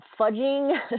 fudging